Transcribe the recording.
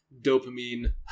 dopamine